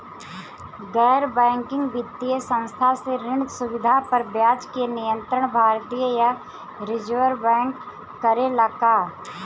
गैर बैंकिंग वित्तीय संस्था से ऋण सुविधा पर ब्याज के नियंत्रण भारती य रिजर्व बैंक करे ला का?